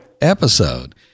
episode